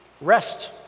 rest